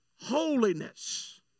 holiness